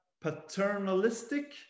paternalistic